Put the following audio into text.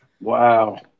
Wow